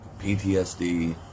PTSD